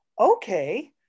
okay